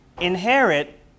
inherit